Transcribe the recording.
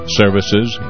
services